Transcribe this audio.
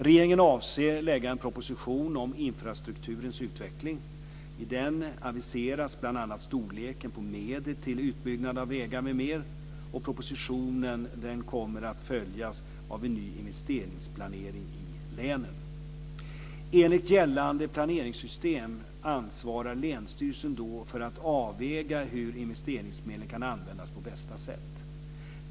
Regeringen avser lägga fram en proposition om infrastrukturens utveckling. I den aviseras bl.a. storleken på medel till utbyggnader av vägar m.m. Propositionen kommer att följas av en ny investeringsplanering i länen. Enligt gällande planeringssystem ansvarar länsstyrelsen då för att avväga hur investeringsmedlen kan användas på bästa sätt.